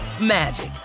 magic